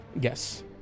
Yes